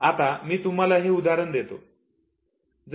आता मी तुम्हाला हे उदाहरण देतो